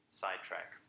sidetrack